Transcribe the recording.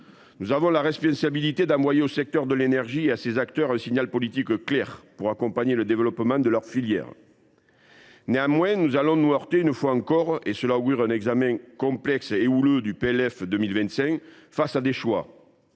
Nous avons la responsabilité d’envoyer au secteur de l’énergie et à ses acteurs un signal politique clair pour accompagner le développement de la filière. Néanmoins, nous allons nous heurter une fois encore à certains choix qui laissent augurer un examen complexe et houleux du projet de loi